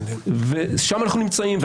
ושם אנחנו נמצאים,